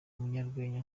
umunyarwenya